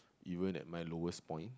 even at my lowest point